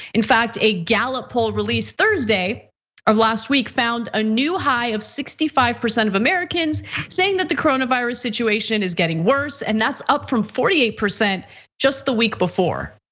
in fact, a gallup poll released thursday of last week found a new high of sixty five percent of americans saying that the coronavirus situation is getting worse and that's up from forty eight percent just the week before,